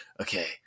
Okay